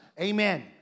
amen